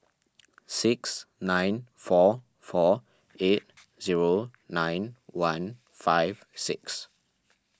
six nine four four eight zero nine one five six